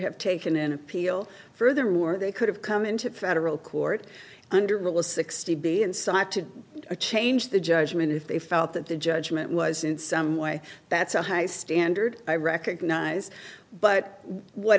have taken an appeal furthermore they could have come into federal court under rules sixty be inside to change the judgment if they felt that the judgment was in some way that's a high standard i recognize but what